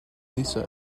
lisa